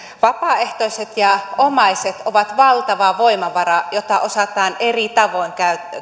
vapaaehtoiset ja omaiset ovat valtava voimavara jota osataan eri tavoin